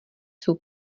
jsou